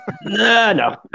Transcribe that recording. No